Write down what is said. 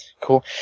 cool